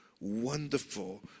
wonderful